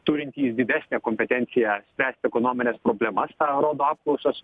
turintys didesnę kompetenciją spręsti ekonomines problemas tą rodo apklausos